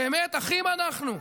באמת, אחים אנחנו.